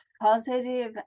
positive